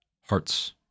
hearts